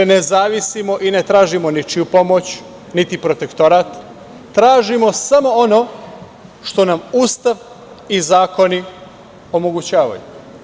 Ne zavisimo i ne tražimo ničiju pomoć, niti protektorat, tražimo samo ono što nam Ustav i zakoni omogućavaju.